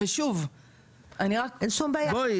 אין שום בעיה,